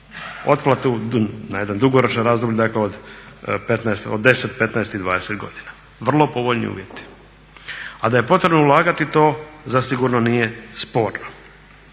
otplatu na jedno dugoročno razdoblje dakle od 10, 15 i 20 godina. Vrlo potrebni uvjeti. A da je potrebno ulagati to zasigurno nije sporno.